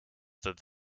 through